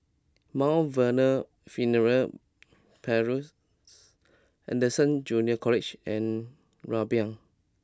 Mount Vernon Funeral Parlours Anderson Junior College and Rumbia